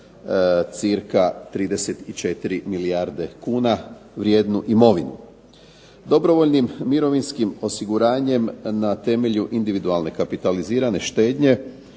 cca 34 milijarde kuna vrijednu imovinu. Dobrovoljnim mirovinskim osiguranjem na temelju individualne kapitalizirane štednje